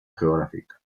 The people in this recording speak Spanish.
geográfica